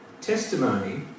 testimony